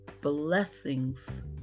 blessings